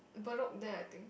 bedok there I think